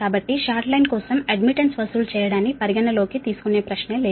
కాబట్టి short line కోసం admittance వసూలు చేయడాన్ని పరిగణనలోకి తీసుకునే ప్రశ్న లేదు